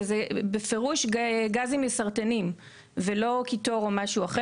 וזה בפירוש גזים מסרטנים ולא קיטור או משהו אחר.